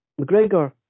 McGregor